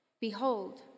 Behold